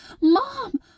Mom